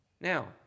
Now